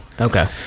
okay